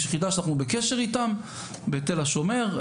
יש יחידה שאנחנו בקשר איתם בתל השומר,